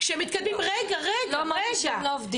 שמתקדמים --- לא אמרתי שהם לא עובדים.